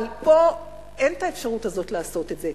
אבל פה אין את האפשרות הזאת לעשות את זה,